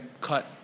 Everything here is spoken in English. cut